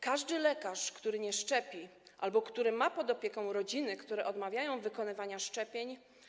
Każdy lekarz, który nie szczepi albo który ma pod opieką rodziny, które odmawiają wykonywania szczepień.